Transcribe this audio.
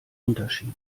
unterschied